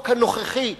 החוק הנוכחי,